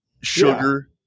sugar